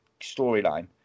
storyline